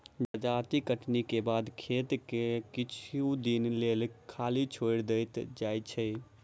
जजाति कटनीक बाद खेत के किछु दिनक लेल खाली छोएड़ देल जाइत छै